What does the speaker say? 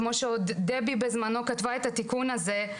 כמו שדבי בזמנו כתבה את התיקון הזה,